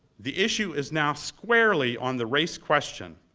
the issue is now squarely on the race question.